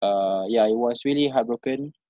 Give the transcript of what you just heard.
uh yeah it was really heartbroken